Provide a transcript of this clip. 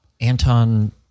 Anton